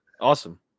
Awesome